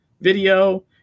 video